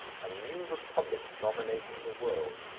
a new republic dominating the world.